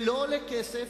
שלא עולה כסף,